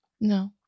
No